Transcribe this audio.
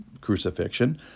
crucifixion